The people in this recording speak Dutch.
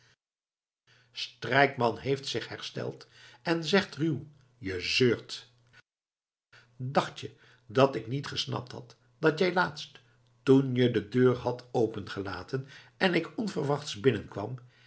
strijkman heeft zich hersteld en zegt ruw je zeurt dacht je dat ik niet gesnapt had dat jij laatst toen je de deur had opengelaten en ik onverwachts binnenkwam